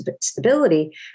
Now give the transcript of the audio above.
stability